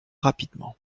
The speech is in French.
rapidement